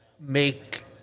make